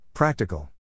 Practical